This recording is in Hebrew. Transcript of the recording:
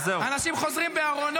7,000 שקל מפסידה משפחה ממוצעת.